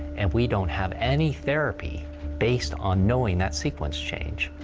and we don't have any therapy based on knowing that sequence change.